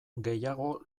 gehiago